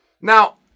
Now